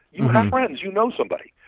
you have friends you know somebody,